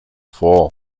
vor